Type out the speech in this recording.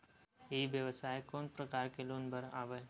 ई व्यवसाय कोन प्रकार के लोग बर आवे?